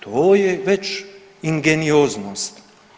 To je već ingenioznost.